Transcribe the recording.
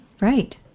Right